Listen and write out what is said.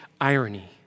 irony